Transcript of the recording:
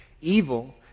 Evil